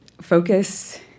focus